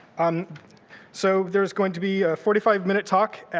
um so, there's going to be a forty five minute talk,